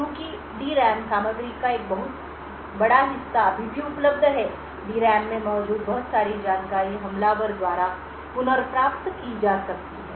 चूंकि D RAM सामग्री का एक बड़ा हिस्सा अभी भी उपलब्ध है डी रैम में मौजूद बहुत सारी जानकारी हमलावर द्वारा पुनर्प्राप्त की जा सकती है